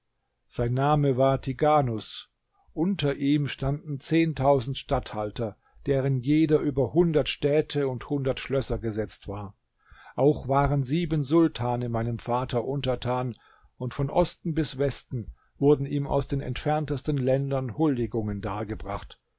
sein name war tighanus unter ihm standen zehntausend statthalter deren jeder über hundert städte und hundert schlösser gesetzt war auch waren sieben sultane meinem vater untertan und von osten bis westen wurden ihm aus den entferntesten ländern huldigungen dargebracht